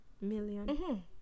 million